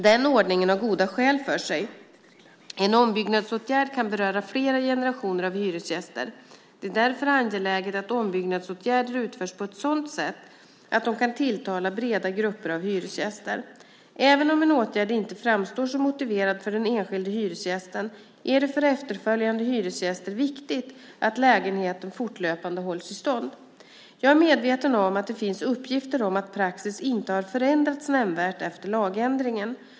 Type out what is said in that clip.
Den ordningen har goda skäl för sig. En ombyggnadsåtgärd kan beröra flera generationer av hyresgäster. Det är därför angeläget att ombyggnadsåtgärder utförs på ett sådant sätt att de kan tilltala breda grupper av hyresgäster. Även om en åtgärd inte framstår som motiverad för den enskilde hyresgästen är det för efterföljande hyresgäster viktigt att lägenheten fortlöpande hålls i stånd. Jag är medveten om att det finns uppgifter om att praxis inte har förändrats nämnvärt efter lagändringen.